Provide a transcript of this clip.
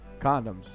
Condoms